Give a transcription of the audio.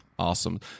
Awesome